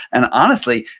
and honestly,